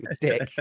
dick